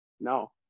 No